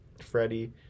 Freddie